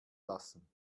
lassen